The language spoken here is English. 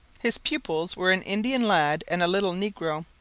his pupils were an indian lad and a little negro,